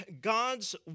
God's